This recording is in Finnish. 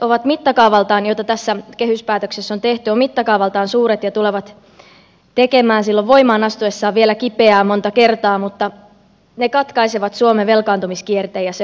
nämä sopeutukset joita tässä kehyspäätöksessä on tehty ovat mittakaavaltaan suuret ja tulevat tekemään silloin voimaan astuessaan vielä kipeää monta kertaa mutta ne katkaisevat suomen velkaantumiskierteen ja se on pääasia